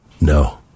No